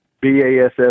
BASS